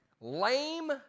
lame